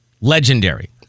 Legendary